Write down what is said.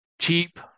Cheap